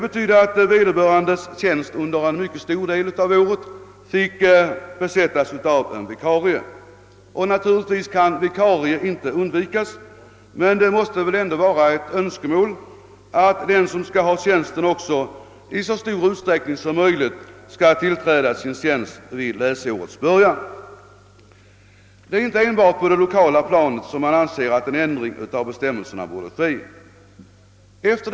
Dröjsmålet medförde att tjänsten under en mycket stor del av året fick besättas av en vikarie. Naturligtvis kan vikariat inte undvikas, men det måste väl ändå vara ett önskemål att den som skall ha tjänsten också i så stor utsträckning som möjligt kan tillträda sin tjänst vid läsårets början. Det är inte enbart på det lokala planet man anser att en ändring av bestämmelserna borde genomföras.